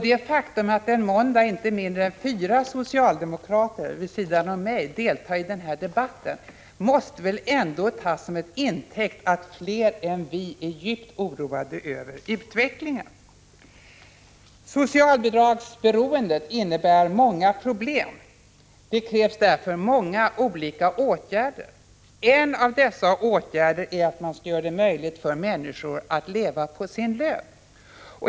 Det faktum att en måndag inte mindre än fyra socialdemokrater vid sidan om mig deltar i den här debatten måste väl ändå tas som intäkt för att fler än vi är djupt oroade över utvecklingen. Socialbidragsberoendet innebär många problem. Det krävs därför många olika åtgärder. En av dessa åtgärder är att man skall göra det möjligt för människor att leva på sin lön.